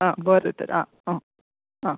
आं बरें तर आं